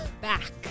Back